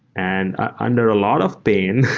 and ah under a lot of pain,